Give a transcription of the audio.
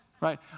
right